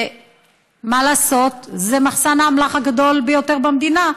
מה לעשות, זה מחסן האמל"ח הגדול ביותר במדינה,